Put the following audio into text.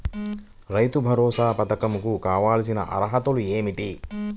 రైతు భరోసా పధకం కు కావాల్సిన అర్హతలు ఏమిటి?